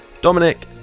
Dominic